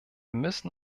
müssen